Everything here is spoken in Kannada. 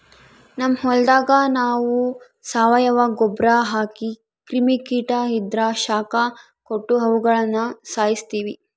ನಮ್ ಹೊಲದಾಗ ನಾವು ಸಾವಯವ ಗೊಬ್ರ ಹಾಕಿ ಕ್ರಿಮಿ ಕೀಟ ಇದ್ರ ಶಾಖ ಕೊಟ್ಟು ಅವುಗುಳನ ಸಾಯಿಸ್ತೀವಿ